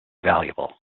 valuable